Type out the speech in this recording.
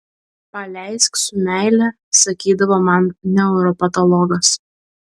paleisk su meile sakydavo man neuropatologas